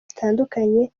zitandukanye